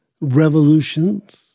revolutions